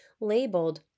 labeled